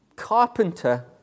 carpenter